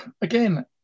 again